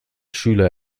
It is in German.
schüler